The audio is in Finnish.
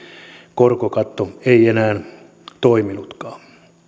korkokatto ei enää toiminutkaan